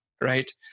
right